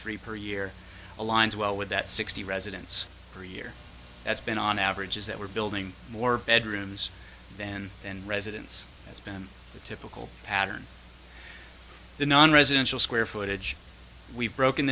three per year aligns well with that sixty residents per year that's been on average is that we're building more bedrooms then and residence that's been the typical pattern the nonresidential square footage we've broken